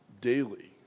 daily